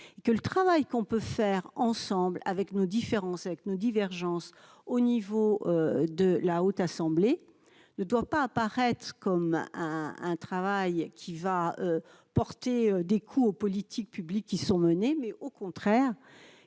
que le travail qu'on peut faire ensemble avec nos différences, avec nos divergences au niveau de la haute assemblée ne doit pas apparaître comme un travail qui va porter des coups aux politiques publiques qui sont menées, mais, au contraire,